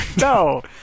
No